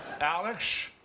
Alex